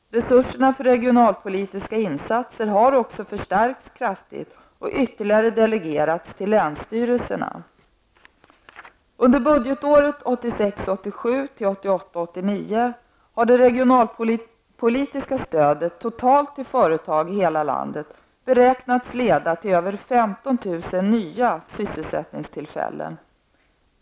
Resurserna för regionalpolitiska insatser har också förstärkts kraftigt och ytterligare delegerats till länsstyrelserna. Under budgetåren 1986 89 har det regionalpolitiska stödet totalt till företag i hela landet beräknats leda till över 15 000 nya sysselsättningstillfällen.